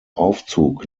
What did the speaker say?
aufzug